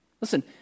Listen